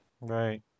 Right